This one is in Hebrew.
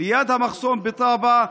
ליד המחסום בטאבה,